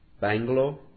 Bangalore